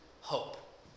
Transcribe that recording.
hope